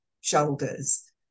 shoulders